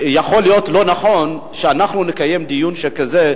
יכול להיות לא נכון שנקיים דיון שכזה.